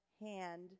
hand